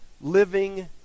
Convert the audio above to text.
living